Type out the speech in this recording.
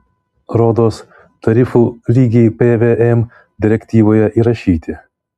rodos tarifų lygiai pvm direktyvoje įrašyti